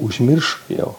užmirš jau